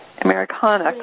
Americana